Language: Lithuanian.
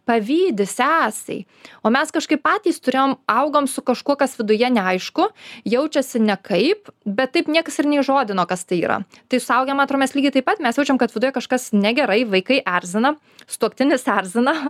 pavydi sesei o mes kažkaip patys turėjom augom su kažkuo kas viduje neaišku jaučiasi nekaip bet taip niekas ir neįžodino kas tai yra tai suaugę man atro mes lygiai taip pat mes jaučiam kad viduje kažkas negerai vaikai erzina sutuoktinis erzina